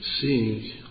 seeing